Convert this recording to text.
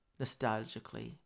nostalgically